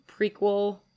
prequel